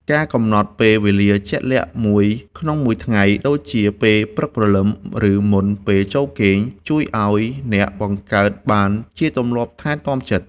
ការកំណត់ពេលវេលាជាក់លាក់មួយក្នុងមួយថ្ងៃ ដូចជាពេលព្រឹកព្រលឹម ឬមុនពេលចូលគេង ជួយឱ្យអ្នកបង្កើតបានជាទម្លាប់ថែទាំចិត្ត។